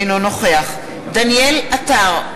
אינו נוכח דניאל עטר,